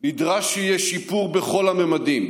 נדרש שיהיה שיפור בכל הממדים: